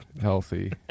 healthy